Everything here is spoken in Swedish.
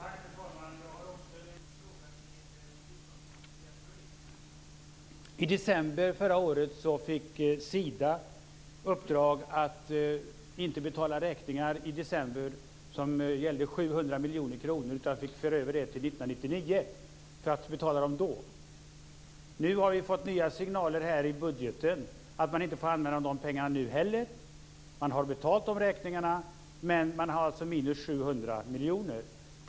Fru talman! Jag har också en fråga till biståndsminister Pierre Schori. I december förra året fick Sida i uppdrag att inte betala räkningar i december som gällde 700 miljoner kronor. Det fick man i stället föra över till 1999, för att betala pengarna då. Nu har vi fått nya signaler i budgeten om att man inte får använda de pengarna nu heller. Man har betalt räkningarna, men man har alltså minus 700 miljoner.